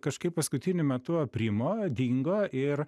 kažkaip paskutiniu metu aprimo dingo ir